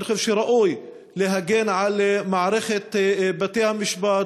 אני חושב שראוי להגן על מערכת בתי-המשפט